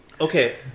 Okay